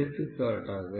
எடுத்துக்காட்டாக